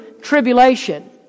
tribulation